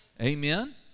Amen